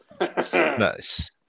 Nice